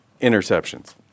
interceptions